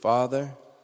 Father